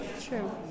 True